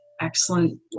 excellent